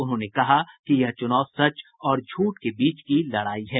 उन्होंने कहा कि यह चुनाव सच और झूठ के बीच की लड़ाई है